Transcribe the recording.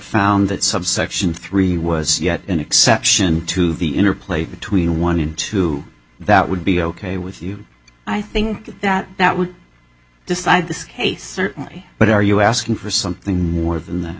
found that subsection three was yet an exception to the interplay between one and two that would be ok with you i think that that would decide this case certainly but are you asking for something more than